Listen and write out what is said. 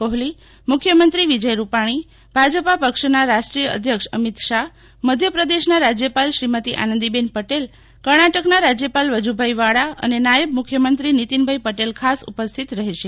કોહલી મુખ્યમંત્રી વિજય રૂપાણી ભાજપા પક્ષના રાષ્ટ્રીય અધ્યક્ષ અમિત શાહ મધ્ય પ્રદેશના રાજ્યપાલ શ્રીમતી આનંદીબેન પટેલ કર્ણાટકના રાજ્યપાલ વજુભાઈ વાળા અને નાયબ મુખ્યમંત્રી નીતિનભાઈ પટેલ ખાસ ઉપસ્થિતિ રહેશે